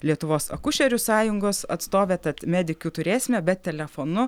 lietuvos akušerių sąjungos atstovė tad medikių turėsime bet telefonu